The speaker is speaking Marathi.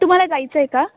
तुम्हाला जायचं आहे का